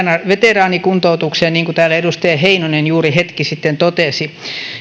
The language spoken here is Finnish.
veteraanikuntoutukseen niin kuin täällä edustaja heinonen juuri hetki sitten totesi